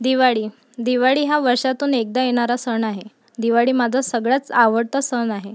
दिवाळी दिवाळी हा वर्षातून एकदा येणारा सण आहे दिवाळी माझा सगळ्यात आवडता सण आहे